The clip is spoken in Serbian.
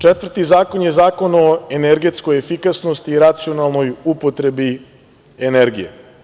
Četvrti zakon je Zakon o energetskoj efikasnosti i racionalnoj upotrebi energije.